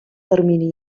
termini